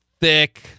thick